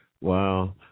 wow